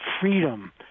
freedom